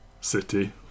city